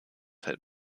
hält